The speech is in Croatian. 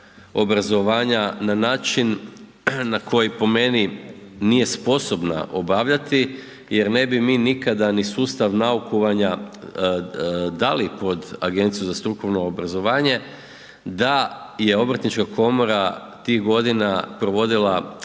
obrazovanja na način na koji po meni nije sposobna obavljati, jer ne bi mi nikada ni sustav naukovanja dali pod Agenciju za strukovno obrazovanje da je Obrtnička komora tih godina provodila